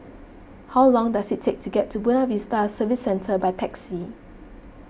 how long does it take to get to Buona Vista Service Centre by taxi